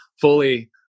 fully